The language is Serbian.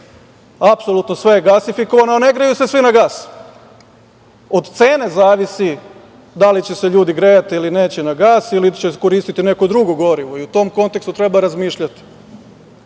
apsolutno sve je gasifikovano a ne greju se svi na gas. Od cene zavisi da li će se ljudi grejati ili neće, ili će koristiti neko drugo gorivo i u tom kontekstu treba razmišljati.